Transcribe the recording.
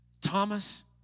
Thomas